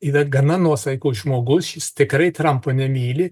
yra gana nuosaikus žmogus jis tikrai trampo nemyli